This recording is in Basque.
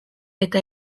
eta